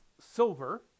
silver